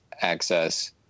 access